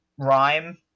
rhyme